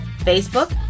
Facebook